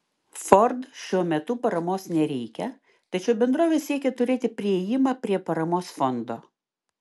ford šiuo metu paramos nereikia tačiau bendrovė siekia turėti priėjimą prie paramos fondo